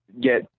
get